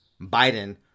Biden